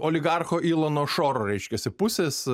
oligarcho ilono šoro reiškiasi pusės